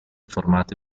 formati